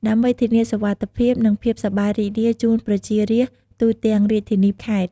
ដើម្បីធានាសុវត្ថិភាព និងភាពសប្បាយរីករាយជូនប្រជារាស្ត្រទូទាំងរាជធានី-ខេត្ត។